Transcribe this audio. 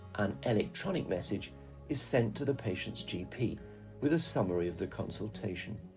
an electronic message is sent to the patient's gp with a summary of the consultation.